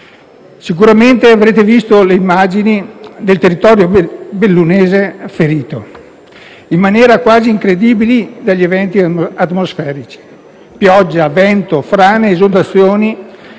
Sicuramente avrete visto le immagini del territorio bellunese ferito, in maniera quasi incredibile, dagli eventi atmosferici: pioggia, vento, frane ed esondazioni